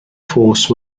force